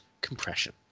compression